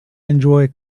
enjoy